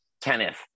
Kenneth